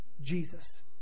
Jesus